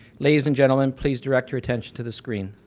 ladies and gentlemen, please direct your attention to the screen.